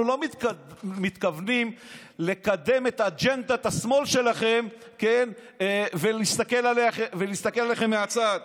אנחנו לא מתכוונים לקדם את אג'נדת השמאל שלכם ולהסתכל עליכם מהצד.